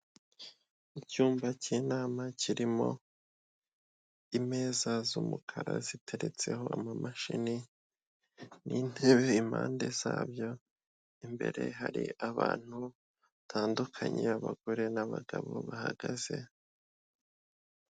Icyumba cy'inama kirimo imeza z'umukara ziteretseho amamashini n'intebe impande zabyo imbere hari abantu batandukanye abagore n'abagabo bahagaze.